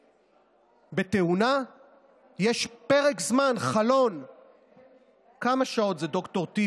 באותה השקה ראשונה של הדוח נדהמתי כאשר השר להגנת